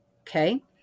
Okay